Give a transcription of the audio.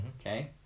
okay